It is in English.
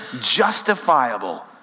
justifiable